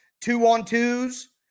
two-on-twos